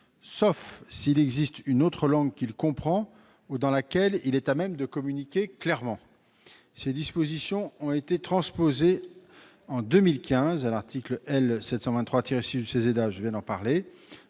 sauf s'il existe une autre langue qu'il comprend ou dans laquelle il est à même de communiquer clairement ». Ces dispositions ont été transposées, en 2015, à l'article L. 723-6 du CESEDA, relatif